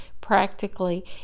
practically